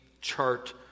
chart